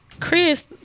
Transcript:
Chris